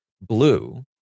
Blue